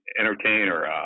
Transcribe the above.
entertainer